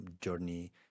journey